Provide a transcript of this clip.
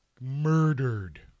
murdered